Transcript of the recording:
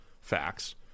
facts